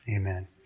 amen